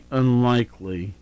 unlikely